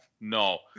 No